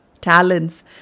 talents